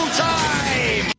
time